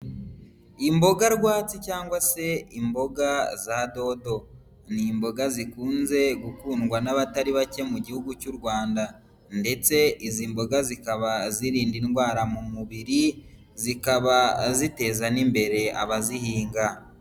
Imboga rwatsi cyangwa se imboga za dodo, ni imboga zikunze gukundwa n'abatari bake mu gihugu cy'u Rwanda ndetse izi mboga zikaba zirinda indwara mu mubiri, zikaba ziteza n'imbere abazihinga.